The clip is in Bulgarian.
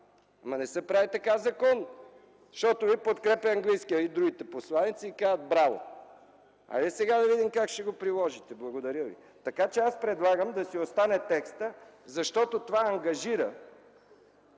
Няма! Не се прави така закон! Защото Ви подкрепят английският и другите посланици и казват: „Браво!” Хайде да видим сега как ще го приложите. Благодаря Ви. Така че предлагам да си остане текстът, защото това ангажира